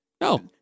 No